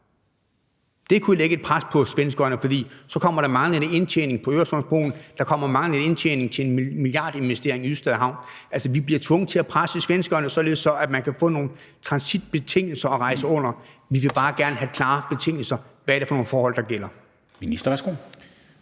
Det kunne lægge et pres på svenskerne, for så vil der være manglende indtjening på Øresundsbroen, der vil være manglende indtjening til en milliardinvestering i Ystad Havn. Altså, vi bliver tvunget til at presse svenskerne, således at man kan få nogle transitbetingelser at rejse under. Vi vil bare gerne have klare betingelser. Hvad er det for nogle forhold, der gælder?